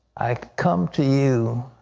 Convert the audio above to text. i come to you.